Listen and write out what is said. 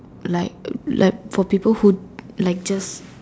like like for people who like just